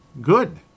Good